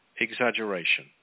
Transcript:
exaggeration